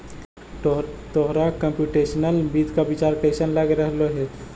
तोहरा कंप्युटेशनल वित्त का विचार कइसन लग रहलो हे